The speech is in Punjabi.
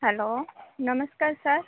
ਹੈਲੋ ਨਮਸਕਾਰ ਸਰ